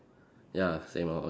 ya same lor okay